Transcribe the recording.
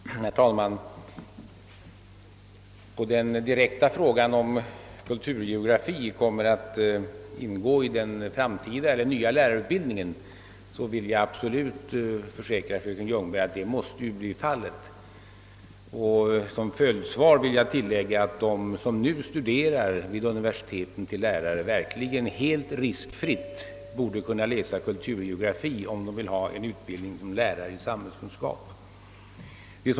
Herr talman! På fröken Ljungbergs direkta fråga, huruvida ämnet kulturgeografi kommer att ingå i den nya lärarutbildningen, vill jag svara, att enligt min uppfattning det absolut måste bli fallet. Dessutom vill jag säga, att de som nu studerar till lärare vid universiteten helt riskfritt borde kunna läsa kulturgeografi, om de vill ha en utbildning till lärare i samhällskunskap.